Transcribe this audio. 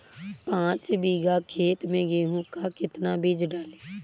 पाँच बीघा खेत में गेहूँ का कितना बीज डालें?